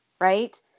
right